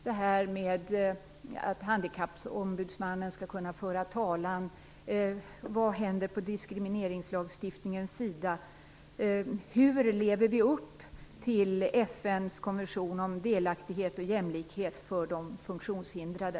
Det gäller detta med att handikappombudsmannen skall kunna föra talan, vad som händer på diskrimineringslagstiftningens sida och hur vi lever upp till FN:s konvention om delaktighet och jämlikhet för de funktionshindrade.